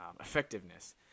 effectiveness